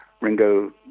Ringo